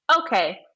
okay